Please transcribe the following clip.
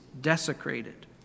desecrated